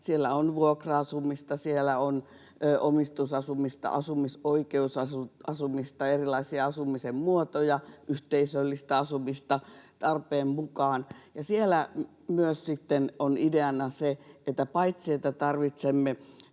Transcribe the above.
siellä on vuokra-asumista, siellä on omistusasumista, asumisoikeusasumista, erilaisia asumisen muotoja, yhteisöllistä asumista tarpeen mukaan. Siellä on ideana myös se, että paitsi että tarvitsemme